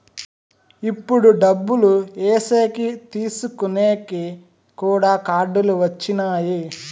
ఇప్పుడు డబ్బులు ఏసేకి తీసుకునేకి కూడా కార్డులు వచ్చినాయి